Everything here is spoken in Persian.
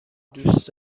دوست